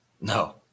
No